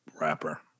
rapper